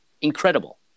Incredible